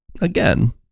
again